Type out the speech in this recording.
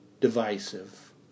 divisive